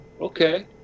okay